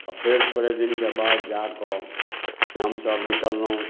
तऽ फेर थोड़े दिनके बाद जा कऽ से हमसभ निकललहुँ